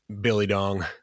billy-dong